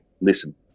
listen